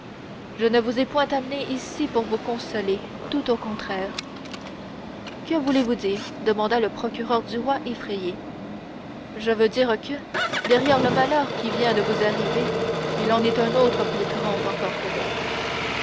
je ne vous ai point amené ici pour vous consoler tout au contraire que voulez-vous dire demanda le procureur du roi effrayé je veux dire que derrière le malheur qui vient de vous arriver il en est un autre plus grand encore peut-être